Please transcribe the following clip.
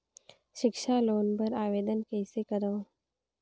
सिक्छा लोन बर आवेदन कइसे करव?